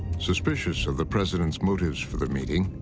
suspicious of the president's motives for the meeting,